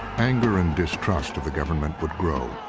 anger and distrust of the government would grow.